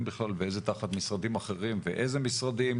ואיזה תחת משרדים אחרים ואיזה משרדים?